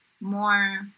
more